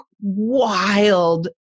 wild